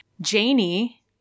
Janie